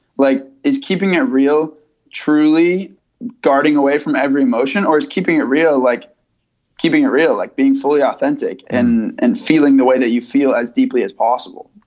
like is keeping it real truly guarding away from every emotion or is keeping it real, like keeping it real, like being fully authentic and and feeling the way that you feel as deeply as possible?